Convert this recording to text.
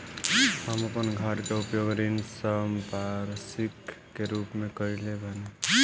हम अपन घर के उपयोग ऋण संपार्श्विक के रूप में कईले बानी